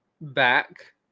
back